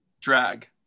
Drag